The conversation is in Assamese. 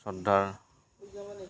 শ্ৰদ্ধাৰ